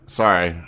sorry